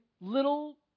little